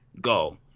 go